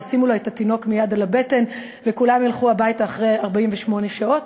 וישימו לה את התינוק מייד על הבטן וכולם ילכו הביתה אחרי 48 שעות.